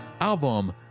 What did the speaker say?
album